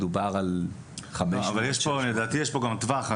מדובר על --- לדעתי יש פה גם טווח.